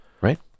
Right